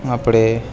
આપણે